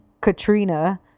Katrina